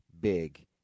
big